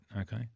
Okay